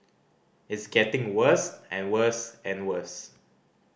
it's getting worse and worse and worse